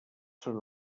són